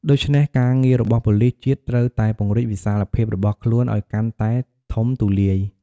ដូច្នេះ ការងាររបស់ប៉ូលិសជាតិត្រូវតែពង្រីកវិសាលភាពរបស់ខ្លួនឲ្យកាន់តែធំទូលាយ។